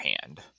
hand